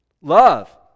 love